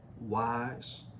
wise